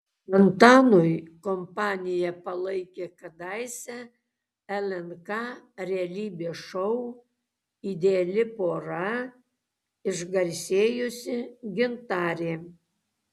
antanui kompaniją palaikė kadaise lnk realybės šou ideali pora išgarsėjusi gintarė